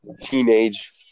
teenage